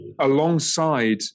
alongside